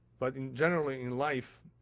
but in general, in life.